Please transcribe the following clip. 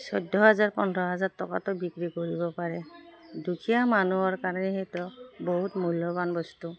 চৈধ্য হাজাৰ পোন্ধৰ হাজাৰ টকাতো বিক্ৰী কৰিব পাৰে দুখীয়া মানুহৰ কাৰণে সেইটো বহুত মূল্যৱান বস্তু